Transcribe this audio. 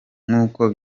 nk’uko